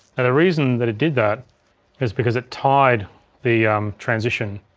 and the reason that it did that is because it tied the transition,